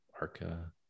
ARCA